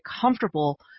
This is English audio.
comfortable